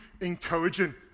encouraging